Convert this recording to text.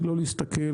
ולא להסתכל,